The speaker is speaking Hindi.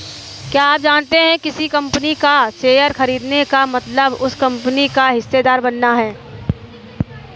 क्या आप जानते है किसी कंपनी का शेयर खरीदने का मतलब उस कंपनी का हिस्सेदार बनना?